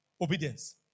Obedience